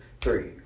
three